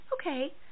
okay